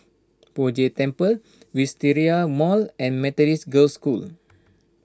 Poh Jay Temple Wisteria Mall and Methodist Girls' School